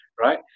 right